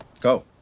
Go